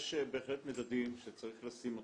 יש בהחלט מדדים שצריך לשים אותם,